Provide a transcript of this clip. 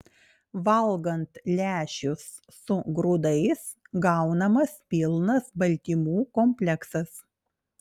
valgant lęšius su grūdais gaunamas pilnas baltymų kompleksas